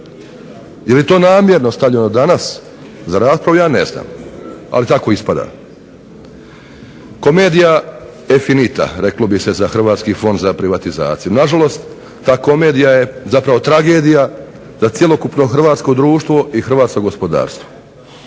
Je li to namjerno stavljeno danas za raspravu ja ne znam, ali tako ispada. Komedija e finita reklo bi se za Hrvatski fond za privatizaciju, na žalost ta komedija je zapravo tragedija za cjelokupno hrvatsko društvo i hrvatsko gospodarstvo.